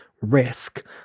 risk